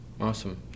Awesome